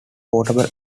portable